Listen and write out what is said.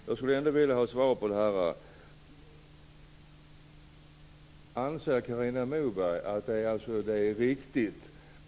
Jag skulle ändå vilja ha svar på en fråga.